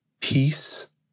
peace